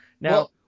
Now